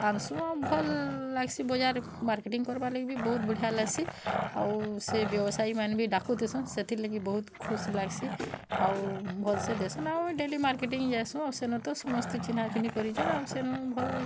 ଆନସୁଁ ଆଉ ଭଲ୍ ଲାଗ୍ସି ବଜାର୍ ମାର୍କେଟିଂ କରବାର୍ ଲାଗି ବି ବହୁତ ବଢ଼ିଆ ଲାଗ୍ସି ଆଉ ସେ ବ୍ୟବାସାୟୀମାନେ ବି ଡାକୁଥିସନ୍ ସେଥିର୍ ଲାଗି ବହୁତ୍ ଖୁସି ଲାଗ୍ସି ଆଉ ଭଲ୍ ସେ ଦେସନ୍ ଆଉ ଡେଲି ମାର୍କେଟିଂ ଯାଇସୁ ଆଉ ସେନ ତ ସମସ୍ତେ ଚିହ୍ନା ଚିହ୍ନି କରିଚନ୍ ଆଉ ସେନୁ ଭଲ୍